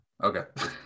Okay